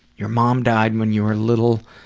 your mom died when your little,